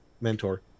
Mentor